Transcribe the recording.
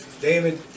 David